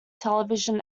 television